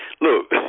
look